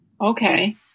Okay